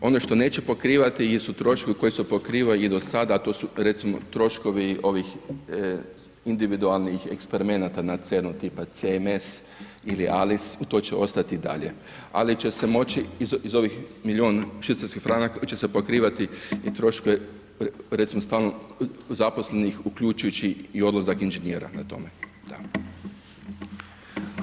Ono što neće pokrivati jesu troškovi koji su pokrivali do sada, to su recimo troškovi ovih individualnih eksperimenata na CERNU-u tipa CMS ili ALIS to će ostati i dalje, ali će se moći iz ovih milion švicarskih franaka će se pokrivati i troškovi recimo stalno zaposlenih uključujući i odlazak inžinjera na tome, da.